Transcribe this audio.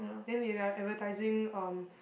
then they like advertising um